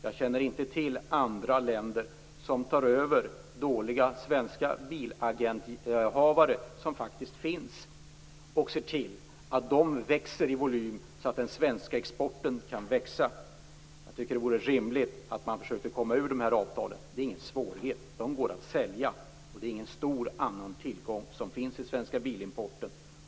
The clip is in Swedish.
Jag känner inte till andra länder som tar över dåliga svenska bilagenturer - något som faktiskt finns - och ser till att de växer i volym så att den svenska exporten kan växa. Jag tycker att det vore rimligt att man försökte komma ur de här avtalen. Det är ingen svårighet. Det går att sälja. Det är ingen stor annan tillgång som finns i Svenska Bilimporten.